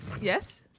Yes